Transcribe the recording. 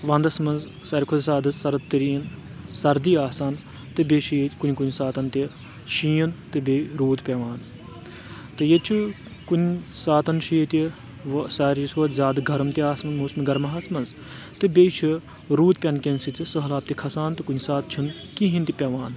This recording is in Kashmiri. ونٛدس منٛز ساروی کھۄتہٕ زیادٕ سرد تریٖن سردی آسان تہٕ بیٚیہِ چھُ ییٚتہِ کُنہِ کُنہِ ساتن تہِ شیٖن تہٕ بیٚیہِ روٗد پؠوان تہٕ ییٚتہِ چھُ کُنہِ ساتن چھُ ییٚتہِ ساروی کھۄتہٕ زیادٕ گرم تہِ آسن موسمِ گرماہَس منٛز تہٕ بیٚیہِ چھُ روٗد پیٚن کیٚن سۭتۍ سہلاب تہِ کھسان تہٕ کُنہِ ساتہٕ چھُ نہٕ کِہیٖنۍ تہِ پیٚوان